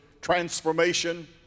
transformation